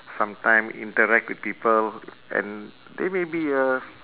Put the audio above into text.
some time interact with people and they may be a